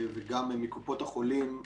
וגם מקופות החולים,